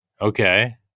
Okay